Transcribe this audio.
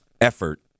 effort